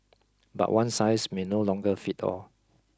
but one size may no longer fit all